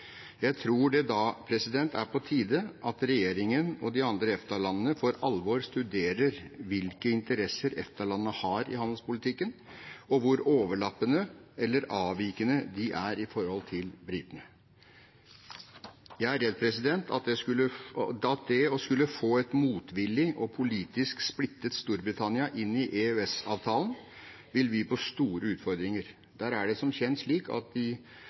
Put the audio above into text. Jeg tror det da er på tide at regjeringen og de andre EFTA-landene for alvor studerer hvilke interesser EFTA-landene har i handelspolitikken, og hvor overlappende eller avvikende de er med hensyn til britene. Jeg er redd at det å skulle få et motvillig og politisk splittet Storbritannia inn i EØS-avtalen, vil by på store utfordringer. Der er det som kjent slik at de